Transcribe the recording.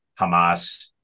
Hamas